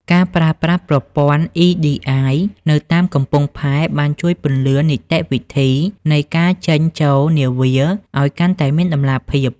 ការប្រើប្រាស់ប្រព័ន្ធ EDI នៅតាមកំពង់ផែ បានជួយពន្លឿននីតិវិធីនៃការចេញ-ចូលនាវាឱ្យកាន់តែមានតម្លាភាព។